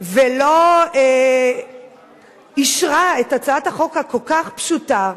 ולא אישרה את הצעת החוק הכל-כך פשוטה,